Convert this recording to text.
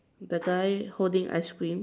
the guy holding ice cream